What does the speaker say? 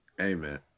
amen